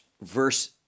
verse